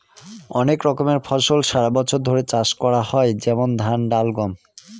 অনেক রকমের ফসল সারা বছর ধরে চাষ করা হয় যেমন ধান, ডাল, গম